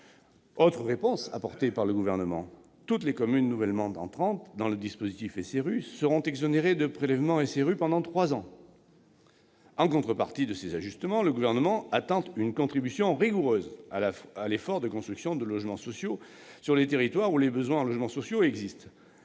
Autre réponse apportée par le Gouvernement, toutes les communes nouvellement entrantes dans le dispositif de la loi SRU seront exonérées de prélèvements SRU pendant trois ans. En contrepartie de ces ajustements, le Gouvernement attend une contribution rigoureuse à l'effort de construction de logements sociaux sur les territoires où les besoins en logements sociaux existent.